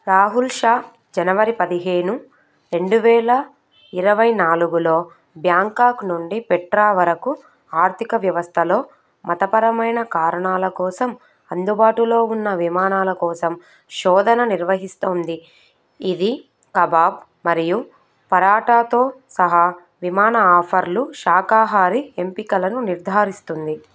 రాహుల్ షా జనవరి పదిహేను రెండు వేల ఇరవై నాలుగులో బ్యాంకాక్ నుండి పెట్రా వరకు ఆర్థిక వ్యవస్థలో మతపరమైన కారణాల కోసం అందుబాటులో ఉన్న విమానాల కోసం శోధన నిర్వహిస్తోంది ఇది కబాబ్ మరియు పరాటాతో సహా విమాన ఆఫర్లు శాకాహారి ఎంపికలను నిర్ధారిస్తుంది